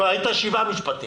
כבר אמרת שבעה משפטים,